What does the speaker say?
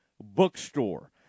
Bookstore